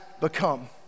become